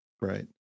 right